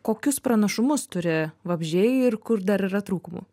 kokius pranašumus turi vabzdžiai ir kur dar yra trūkumų